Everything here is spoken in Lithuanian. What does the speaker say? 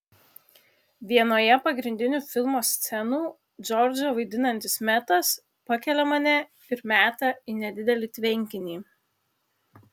vienoje pagrindinių filmo scenų džordžą vaidinantis metas pakelia mane ir meta į nedidelį tvenkinį